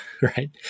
Right